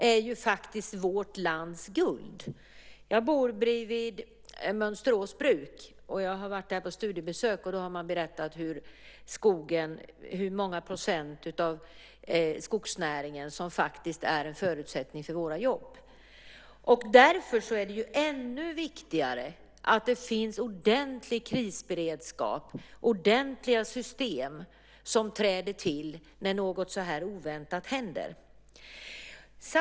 Fru talman! Skogen är ju vårt lands guld. Jag bor bredvid Mönsterås bruk. Jag har varit där på studiebesök, och då har man berättat hur många procent av skogsnäringen som är en förutsättning för våra jobb. Därför är det ännu viktigare att det finns ordentlig krisberedskap och ordentliga system som träder in när något så här oväntat händer.